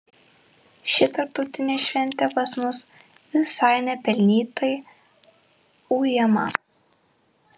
ši tarptautinė šventė pas mus visai nepelnytai ujama